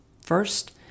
First